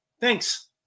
thanks